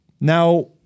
Now